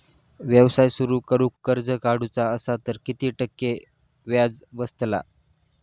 व्यवसाय सुरु करूक कर्ज काढूचा असा तर किती टक्के व्याज बसतला?